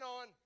on